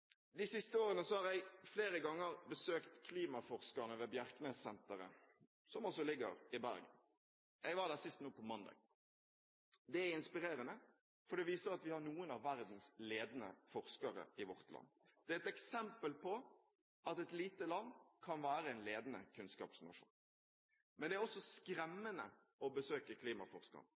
De siste årene har jeg flere ganger besøkt klimaforskerne ved Bjerknessenteret, som også ligger i Bergen. Jeg var der sist nå på mandag. Det er inspirerende, for det viser at vi har noen av verdens ledende forskere i vårt land. Det er et eksempel på at et lite land kan være en ledende kunnskapsnasjon. Men det er også skremmende å besøke